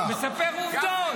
אני מספר עובדות.